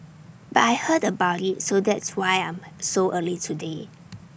but I heard about IT so that's why I'm so early today